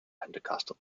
pentecostal